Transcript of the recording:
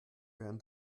werden